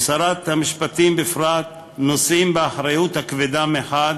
ושרת משפטים בפרט, נושאים באחריות הכבדה מחד